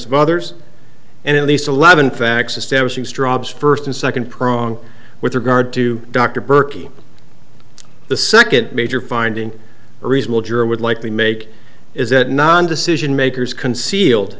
of others and at least eleven facts establishing strawbs first and second prong with regard to dr burkley the second major finding a reasonable juror would likely make is that non decision makers concealed